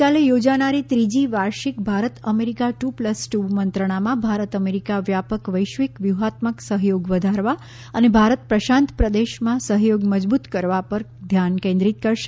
આવતીકાલે યોજાનારી ત્રીજી વાર્ષિક ભારત અમેરિકા ટૂ પ્લસ ટ્ર મંત્રણામાં ભારત અમેરિકા વ્યાપક વૈશ્વિક વ્યૂહાત્મક સહયોગ વધારવા અને ભારત પ્રશાંત પ્રદેશમાં સહયોગ મજબૂત કરવા પર ધ્યાન કેન્રિહાત કરશે